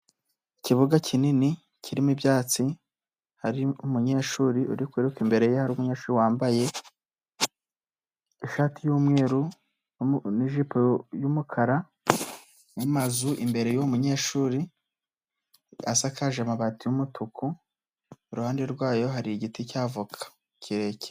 Ikibuga kinini kirimo ibyatsi hari umunyeshuri uri kwiruka imbere ye hari umunyeshuri wambaye ishati y'umweru n'ijipo y'umukara n'amazu imbere y'uyu munyeshuri asakaje amabati y'umutuku iruhande rwayo hari igiti cy'avoka kirekire.